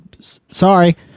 sorry